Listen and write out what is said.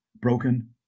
Broken